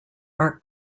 are